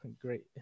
great